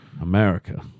America